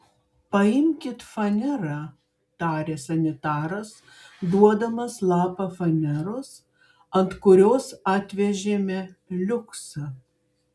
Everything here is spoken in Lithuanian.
paimkit fanerą tarė sanitaras duodamas lapą faneros ant kurios atvežėme liuksą